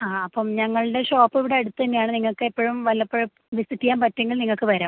ആ അപ്പോള് ഞങ്ങളുടെ ഷോപ്പിവിടെ അടുത്തുതന്നാണ് നിങ്ങള്ക്കെപ്പോഴും വല്ലപ്പോഴും വിസിറ്റ് ചെയ്യാന് പറ്റുമെങ്കിൽ നിങ്ങള്ക്ക് വരാം